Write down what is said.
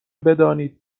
بدانید